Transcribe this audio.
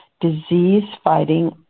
disease-fighting